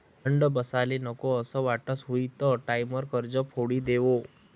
दंड बसाले नको असं वाटस हुयी त टाईमवर कर्ज फेडी देवो